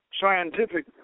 scientific